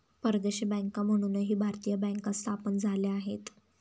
परदेशी बँका म्हणूनही भारतीय बँका स्थापन झाल्या आहेत